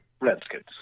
Redskins